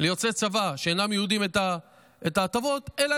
ליוצאי צבא שאינם יהודים את ההטבות אלא